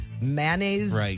mayonnaise-